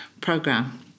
program